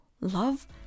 love